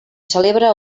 celebra